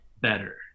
better